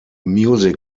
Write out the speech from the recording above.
music